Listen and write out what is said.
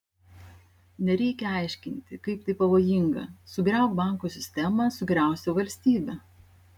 nereikia aiškinti kaip tai pavojinga sugriauk bankų sistemą sugriausi valstybę